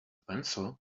pencil